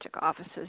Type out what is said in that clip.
offices